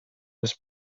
was